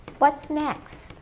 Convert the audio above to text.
what's next?